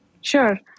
Sure